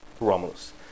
Romulus